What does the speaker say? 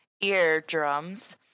eardrums